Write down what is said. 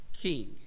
king